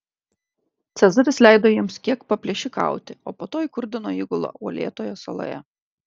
cezaris leido jiems kiek paplėšikauti o po to įkurdino įgulą uolėtoje saloje